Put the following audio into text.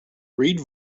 read